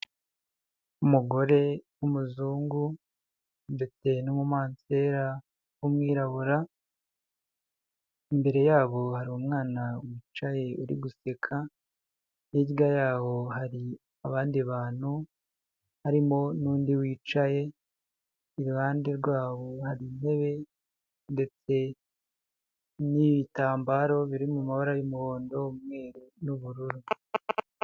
Umugore w'umuzungu ndetse n'umumansera w'umwirabura, imbere yabo hari umwana wicaye uri guseka, hirya yaho hari abandi bantu, harimo n'undi wicaye, iruhande rwabo hari intebe ndetse n'ibitambaro biri mu mabara y'umuhondo, umweru n'ubururu.